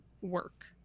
work